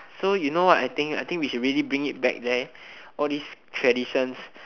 so you know what I think I think we should bring it back there all these traditions